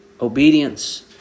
obedience